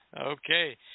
Okay